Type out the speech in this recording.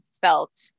felt